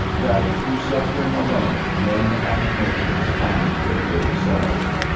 that through suffering alone men and nations find their greater selves.